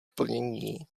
plnění